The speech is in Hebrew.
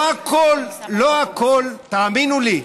לא הכול, תאמינו לי,